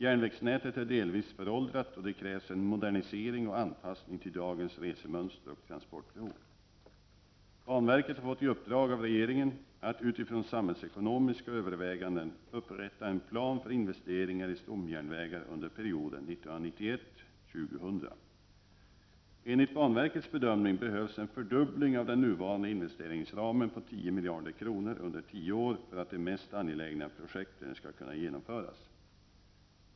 Järnvägsnätet är delvis föråldrat och det krävs en modernisering och anpassning till dagens resemönster och transportbehov. Banverket har fått i uppdrag av regeringen att, utifrån samhällsekonomiska överväganden, upprätta en plan för investeringar i stomjärnvägar under perioden 1991—2000. Enligt banverkets bedömning behövs en fördubbling av den nuvarande investeringsramen på 10 miljarder kronor under tio år för att de mest angelägna projekten skall kunna genomföras.